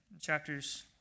chapters